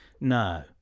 No